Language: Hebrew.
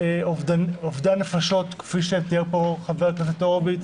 לאובדן נפשות, כפי שתיאר פה חבר הכנסת הורוביץ.